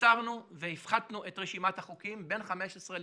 קיצרנו והפחתנו את רשימת החוקים בין 15%